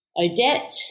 Odette